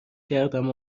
کردم